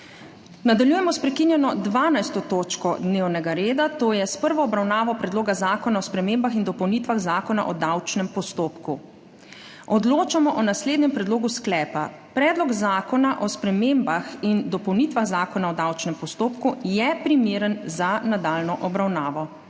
Nadaljujemo s prekinjeno 12. točko dnevnega reda, to je s prvo obravnavo Predloga zakona o spremembah in dopolnitvah Zakona o davčnem postopku. Odločamo o naslednjem predlogu sklepa: Predlog zakona o spremembah in dopolnitvah Zakona o davčnem postopku je primeren za nadaljnjo obravnavo.